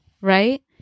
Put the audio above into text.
Right